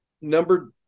number